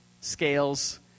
scales